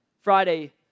Friday